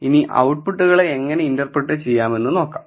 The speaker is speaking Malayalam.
ഇനി ഔട്പുട്ടുകളെ എങ്ങനെ ഇന്റർപ്രെട്ട് ചെയ്യാം എന്ന് നോക്കാം